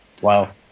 Wow